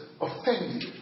offended